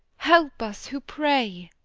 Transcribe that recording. help us who pray!